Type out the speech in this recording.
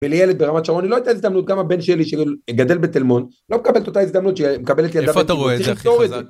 בלי ילד ברמת שרון היא לא הייתה הזדמנות גם הבן שלי שגדל בתל-מונד לא מקבל את אותה הזדמנות שמקבלת ילדה, צריך לפתור את זה. איפה אתה רואה את זה הכי חזק